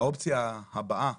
האופציה הבאה